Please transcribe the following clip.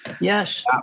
yes